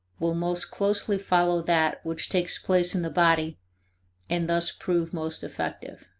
will most closely follow that which takes place in the body and thus prove most effective.